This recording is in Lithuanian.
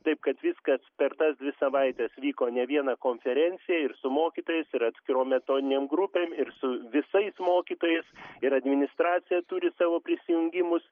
taip kad viskas per tas dvi savaites vyko ne vieną konferencija ir su mokytojais ir atskirom metodinėm grupėm ir su visais mokytojais ir administracija turi savo prisijungimus